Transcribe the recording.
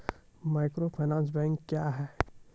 Microfinance bank क्या हैं?